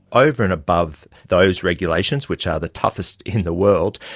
over and above those regulations, which are the toughest in the world,